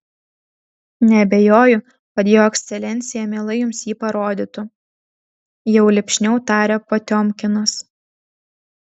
neabejoju kad jo ekscelencija mielai jums jį parodytų jau lipšniau tarė potiomkinas